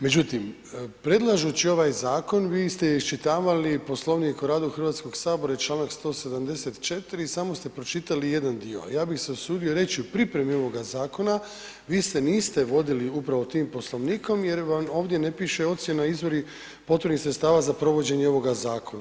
Međutim, predlažući ovaj zakon vi ste iščitavali Poslovnik o radu Hrvatskog sabora i Članak 174. i samo ste pročitali jedan dio, a ja bi se usudio reći u pripremi ovoga zakona vi se niste vodili upravo tim Poslovnikom jer vam ovdje ne piše ocjena izvori potrebnih sredstava za provođenje ovoga zakona.